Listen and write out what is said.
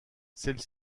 celle